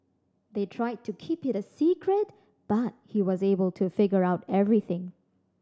they tried to keep it a secret but he was able to figure out everything